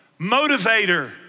motivator